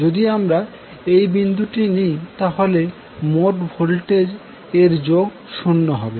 যদি আমরা এই বিন্দুটি নিই তাহলে মোট ভোল্টেজ এর যোগ 0 হবে